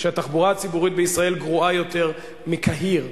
שהתחבורה הציבורית בישראל גרועה יותר מבקהיר,